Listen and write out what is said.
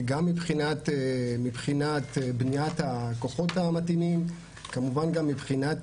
גם מבחינת בניית הכוחות המתאימים, כמובן גם מבחינת